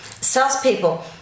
salespeople